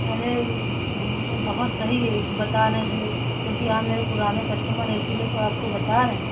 अरे बहुत सही बता रहे हैं जो क्योंकि आप मेरे पुराने कस्टमर हैं इसीलिए तो आपको बता रहे हैं